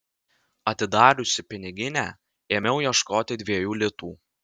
atidariusi piniginę ėmiau ieškoti dviejų litų